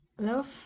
Love